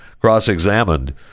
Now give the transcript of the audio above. cross-examined